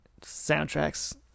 soundtracks